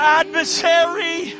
adversary